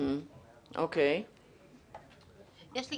יש לי שאלה אליהם.